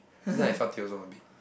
that's why I you also a bit